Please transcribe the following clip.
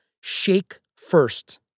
shake-first